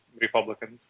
Republicans